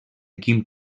quin